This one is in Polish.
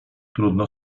trudno